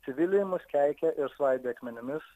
civiliai mus keikė ir svaidė akmenimis